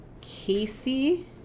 Casey